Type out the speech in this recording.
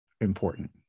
important